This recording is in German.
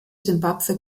simbabwe